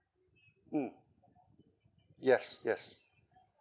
mm yes yes